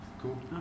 Cool